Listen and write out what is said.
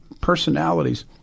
personalities